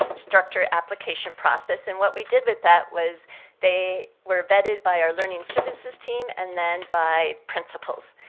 instructor application process. and what we did with that was they were vetted by our learning services team and then by principals.